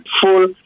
full